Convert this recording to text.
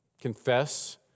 Confess